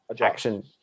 action